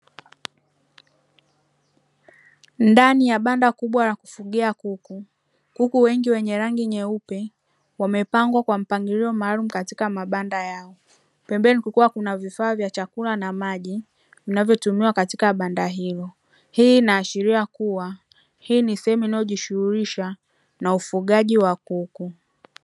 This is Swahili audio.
Ndani ya banda kubwa la kufugia kuku wengi wenye rangi nyeupe wamepangwa kwa mpangilio maalumu katika mabanda yao, pembeni kukiwa kuna vifaa vya chakula na maji vinavyotumiwa katika banda hilo, hii inaashiria kuwa hii ni sehemu inayojishughulisha na ufugaji wa kuku.